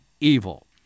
evil